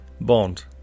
Bond